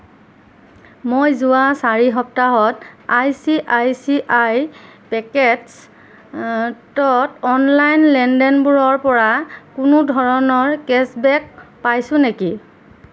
মই যোৱা চাৰি সপ্তাহত I C I C I পেকেটছ্ত অনলাইন লেনদেনবোৰৰপৰা কোনো ধৰণৰ কেশ্ববেক পাইছো নেকি